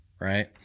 Right